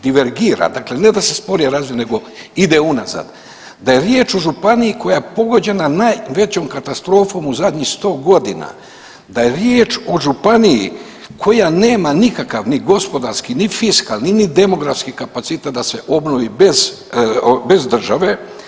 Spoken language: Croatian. Divergira, dakle ne da se sporije razvija nego ide unazad, da je riječ o županiji koja je pogođena najvećom katastrofom u zadnjih 100.g., da je riječ o županiji koja nema nikakav ni gospodarski, ni fiskalni, ni demografski kapacitet da se obnovi bez, bez države.